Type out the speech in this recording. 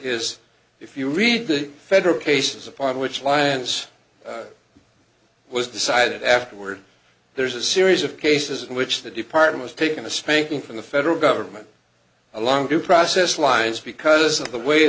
you read the federal cases upon which lyons was decided afterward there's a series of cases in which the department's taken a spanking from the federal government along due process lines because of the way